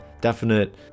definite